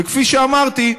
כפי שאמרתי,